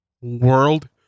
world